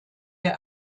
der